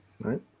right